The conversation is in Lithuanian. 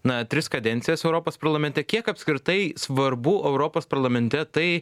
na tris kadencijas europos parlamente kiek apskritai svarbu europos parlamente tai